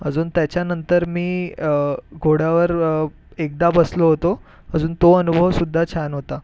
अजून त्याच्यानंतर मी घोड्यावर एकदा बसलो होतो अजून तो अनुभवसुद्धा छान होता